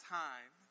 time